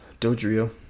Dodrio